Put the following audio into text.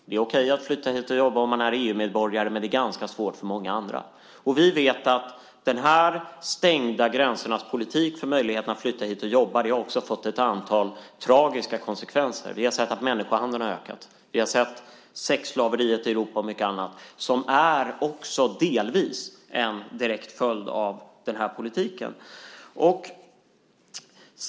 Det är okej att flytta hit och jobba om man är EU-medborgare, men det är ganska svårt för många andra. Vi vet att den här stängda gränsernas politik för möjligheten att flytta hit och jobba också har fått ett antal tragiska konsekvenser på det sättet att människohandeln har ökat. Vi har sett sexslaveriet i Europa och mycket annat som också delvis är en direkt följd av den här politiken.